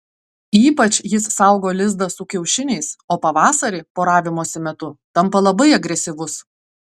ypač jis saugo lizdą su kiaušiniais o pavasarį poravimosi metu tampa labai agresyvus